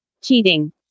Cheating